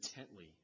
intently